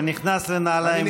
אתה נכנס לנעלים גדולות.